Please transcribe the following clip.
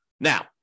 Now